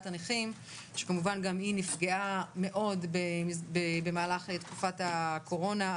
הנכים שכמובן גם היא נפגעה מאוד במהלך תקופת הקורונה,